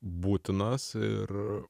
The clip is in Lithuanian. būtinas ir